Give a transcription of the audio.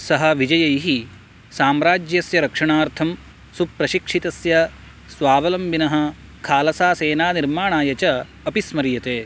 सः विजयैः साम्राज्यस्य रक्षणार्थं सुप्रशिक्षितस्य स्वावलम्बिनः खालसा सेनानिर्माणाय च अपि स्मर्यते